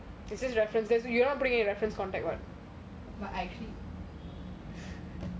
but I